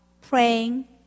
praying